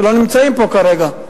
שלא נמצאים פה כרגע.